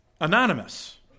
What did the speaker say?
Anonymous